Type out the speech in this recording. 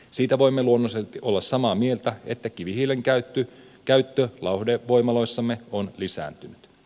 siitä voimme luonnollisesti olla samaa mieltä että kivihiilen käyttö lauhdevoimaloissamme on lisääntynyt